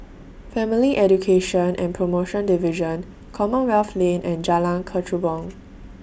Family Education and promotion Division Commonwealth Lane and Jalan Kechubong